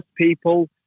people